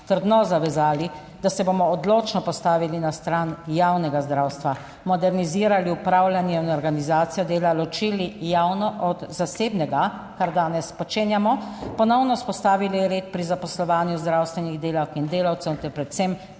trdno zavezali, da se bomo odločno postavili na stran javnega zdravstva, modernizirali upravljanje in organizacijo dela ločili javno od zasebnega, kar danes počenjamo, ponovno vzpostavili red pri zaposlovanju zdravstvenih delavk in delavcev ter predvsem